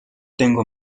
tengo